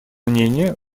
мнение